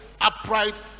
upright